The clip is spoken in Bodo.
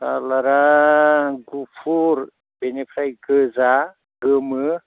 कालारा गुफुर बेनिफ्राय गोजा गोमो